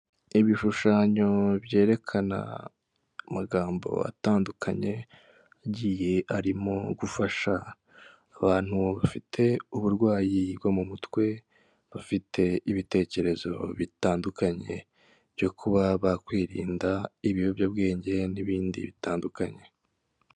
Ibishushanyo byerekana amagambo atandukanye agiye arimo gufasha abantu bafite uburwayi bwo mu mutwe bafite ibitekerezo bitandukanye byo kuba bakwirinda ibiyobyabwenge n'ibindi bitandukanye.